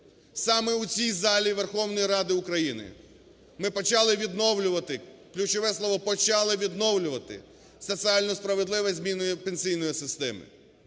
Саме у цій залі Верховної Ради України ми почали відновлювати, ключове слово - "почали відновлювати", соціально справедливу зміну пенсійної системи.